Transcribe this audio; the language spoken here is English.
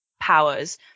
powers